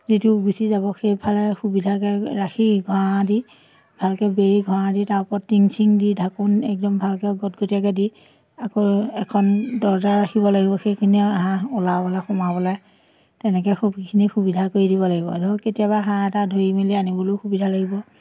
যিটো গুচি যাব সেইফালে সুবিধাকৈ ৰাখি ঘেৰা দি ভালকৈ বেৰি ঘেৰা দি তাৰ ওপৰত টিং চিং দি ঢাকোন একদম ভালকৈ গদগদীয়াকৈ দি আকৌ এখন দৰজা ৰাখিব লাগিব সেইখিনিয়ে হাঁহ ওলাবলৈ সোমাবলৈ তেনেকৈ সেইখিনি সুবিধা কৰি দিব লাগিব ধৰক কেতিয়াবা হাঁহ এটা ধৰি মেলি আনিবলৈও সুবিধা লাগিব